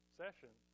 session